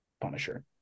punisher